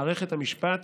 מערכת המשפט